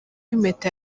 impeta